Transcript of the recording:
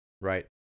Right